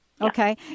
Okay